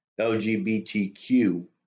LGBTQ